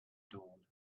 dawn